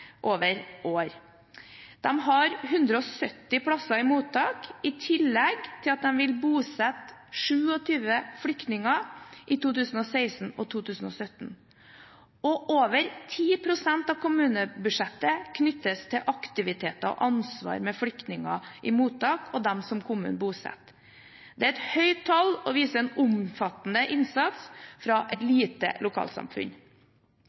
år. De har 170 plasser i mottak, i tillegg til at de vil bosette 27 flyktninger i 2016 og 2017. Over 10 pst. av kommunebudsjettet knyttes til aktiviteter og ansvar med hensyn til flyktninger i mottak og dem som kommunene bosetter. Det er et høyt tall og viser en omfattende innsats fra et lite lokalsamfunn.